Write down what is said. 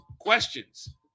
questions